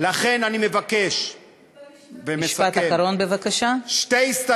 לכן אני מבקש, ומסכם, משפט אחרון, בבקשה.